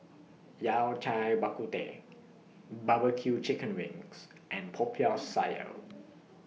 Yao Cai Bak Kut Teh Barbecue Chicken Wings and Popiah Sayur